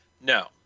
no